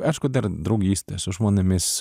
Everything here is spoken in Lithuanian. aišku dar draugystė su žmonėmis